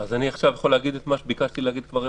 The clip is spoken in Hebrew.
אז עכשיו אני יכול להגיד את מה שביקשתי להגיד כבר רבע שעה?